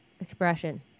expression